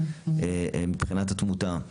מבחינת התמותה וקשה,